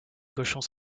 cochons